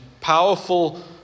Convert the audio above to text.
powerful